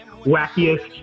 wackiest